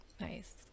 Nice